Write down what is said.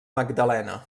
magdalena